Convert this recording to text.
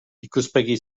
ikuspegi